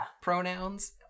pronouns